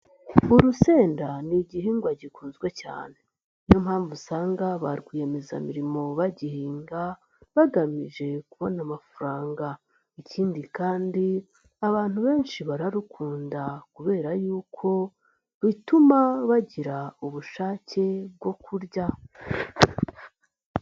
Urusenda ni igihingwa gikunzwe cyane. Niyo mpamvu usanga ba rwiyemezamirimo bagihinga bagamije kubona amafaranga. Ikindi kandi abantu benshi bararukunda kubera yuko rutuma bagira ubushake bwo kurya.